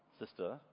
Sister